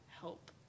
help